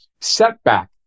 Setback